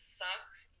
sucks